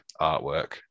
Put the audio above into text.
artwork